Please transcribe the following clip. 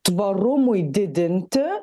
tvarumui didinti